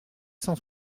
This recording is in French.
cent